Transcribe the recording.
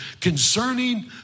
concerning